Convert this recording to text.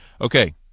Okay